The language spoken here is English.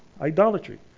Idolatry